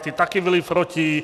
Ti také byli proti.